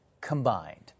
combined